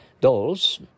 dolls